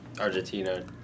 Argentina